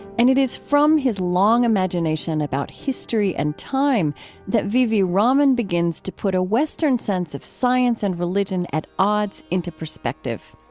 and it is from his long imagination about history and time that v v. raman begins to put a western sense of science and religion at odds into perspective